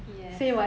yes